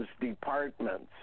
departments